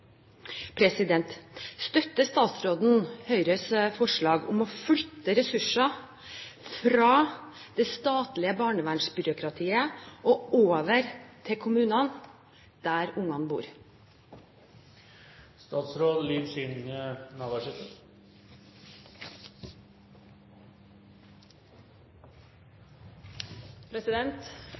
Støtter statsråden Høyres forslag om å flytte ressurser fra det statlige barnevernsbyråkratiet og over til kommunene der ungene